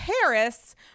Paris